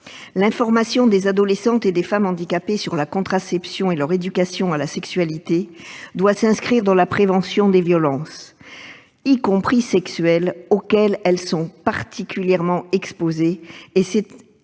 L'information des adolescentes et des femmes handicapées sur la contraception et leur éducation à la sexualité doit s'inscrire dans la prévention des violences, y compris sexuelles, auxquelles elles sont particulièrement exposées et s'étendre